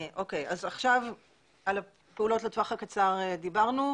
על הפעולות לטווח הקצר דיברנו.